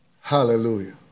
Hallelujah